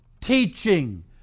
teaching